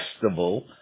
festival